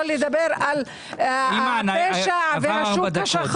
שלא לדבר על הפשע והשוק השחור.